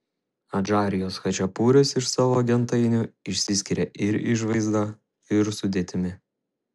adžarijos chačapuris iš savo gentainių išsiskiria ir išvaizda ir sudėtimi